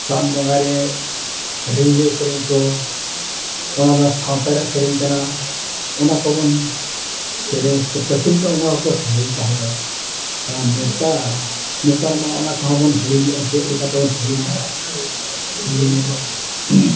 ᱥᱟᱱ ᱵᱚᱸᱜᱟ ᱨᱮ ᱨᱤᱡᱷᱟᱹ ᱥᱮᱨᱮᱧ ᱠᱚ ᱚᱱᱟ ᱫᱚ ᱥᱟᱶᱛᱟ ᱨᱮᱭᱟᱜ ᱥᱮᱨᱮᱧ ᱠᱟᱱᱟ ᱚᱱᱟ ᱠᱚᱵᱚᱱ ᱥᱮᱨᱮᱧᱟ ᱥᱮ ᱯᱟᱹᱦᱤᱞ ᱫᱚ ᱚᱱᱟ ᱠᱚᱠᱚ ᱥᱮᱨᱮᱧ ᱛᱟᱦᱮᱸ ᱫᱚ ᱱᱮᱛᱟᱨ ᱱᱮᱛᱟᱨ ᱢᱟ ᱚᱱᱟ ᱠᱚᱦᱚᱸ ᱵᱚᱱ ᱦᱤᱲᱤᱧᱮᱜᱼᱟ ᱪᱮᱫ ᱞᱮᱠᱟ ᱛᱮᱵᱚᱱ ᱦᱤᱲᱤᱧᱟ ᱦᱤᱲᱤᱧᱟ